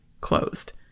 closed